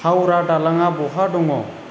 हाउरा दालाङा बहा दङ